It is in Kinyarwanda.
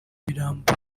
mirambo